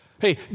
Hey